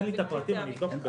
תן לי את הפרטים ואני אבדוק את זה.